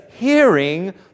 Hearing